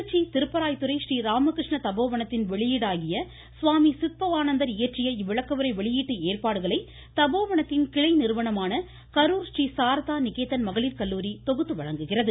திருச்சி திருப்பராய்த்துறை றீ ராமகிருஷ்ண தபோவனத்தின் வெளியீடாகிய சுவாமி சித்பவானந்தர் இயற்றிய இவ்விளக்கவுரை வெளியீட்டு ஏற்பாடுகளை தபோவனத்தின் கிளை நிறுவனமான கரூர் றீ சாரதா நிகேதன் மகளிர் கல்லூரி தொகுத்து வழங்குகிறது